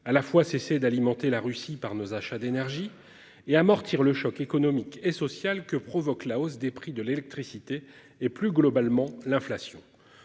à la fois cesser d'alimenter la Russie par nos achats d'énergie et amortir le choc économique et sociale que provoque la hausse des prix de l'électricité et plus globalement l'inflation.